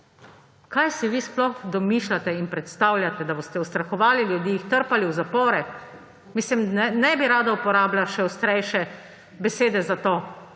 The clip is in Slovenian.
Kaj si vi sploh domišljate in predstavljate – da boste ustrahovali ljudi, jih trpali v zapore? Ne bi rada uporabila še ostrejše besede za to.